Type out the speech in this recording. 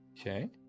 Okay